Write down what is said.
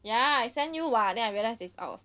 ya I send you [what] then I realize it's out